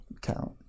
count